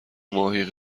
ماهی